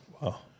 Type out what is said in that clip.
Wow